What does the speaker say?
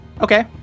Okay